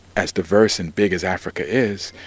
as diverse and big as africa is,